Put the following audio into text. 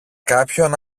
κάποιον